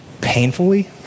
painfully